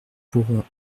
pourront